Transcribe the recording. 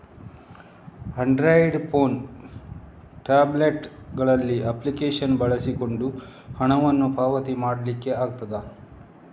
Android phone, tablet ಗಳಲ್ಲಿ application ಬಳಸಿಕೊಂಡು ಹಣವನ್ನ ಪಾವತಿ ಮಾಡ್ಲಿಕ್ಕೆ ಆಗ್ತದೆ